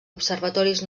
observatoris